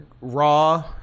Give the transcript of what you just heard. Raw